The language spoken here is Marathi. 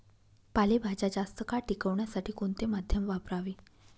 पालेभाज्या जास्त काळ टिकवण्यासाठी कोणते माध्यम वापरावे?